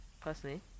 personally